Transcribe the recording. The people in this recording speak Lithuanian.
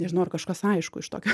nežinau ar kažkas aišku iš tokio